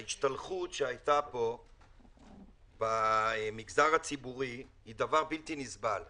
ההשתלחות שהייתה פה במגזר הציבורי היא דבר בלתי נסבל.